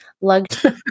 luxury